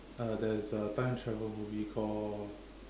uh there is a time travel movie called